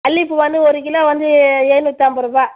மல்லிப்பூ வந்து ஒரு கிலோ வந்து எழு நூற்றைம்பது ரூபா